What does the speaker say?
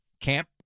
Camp